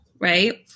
Right